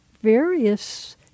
various